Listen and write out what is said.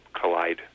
collide